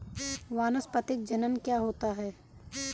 वानस्पतिक जनन क्या होता है?